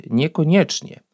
niekoniecznie